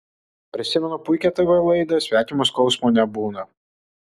prisimenu puikią tv laidą svetimo skausmo nebūna